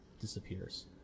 disappears